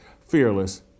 fearless